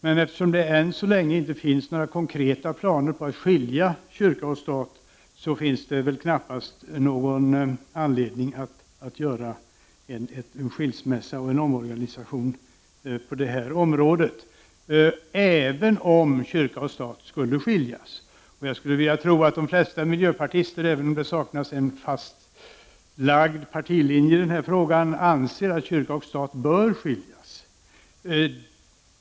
Men eftersom det än så länge inte finns några konkreta planer på att skilja kyrka och stat, finns det väl knappast någon anledning att göra en skilsmässa och en omorganisation på det här området. Jag skulle tro att de flesta miljöpartister, även om det saknas en fastlagd partilinje i den här frågan, anser att kyrka och stat bör skiljas.